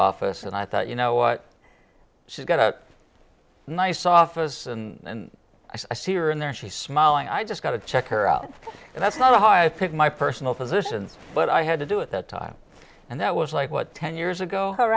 office and i thought you know what she's got a nice office and ice here and there she smiling i just got to check her out and that's not a high pick my personal position but i had to do it that time and that was like what ten years ago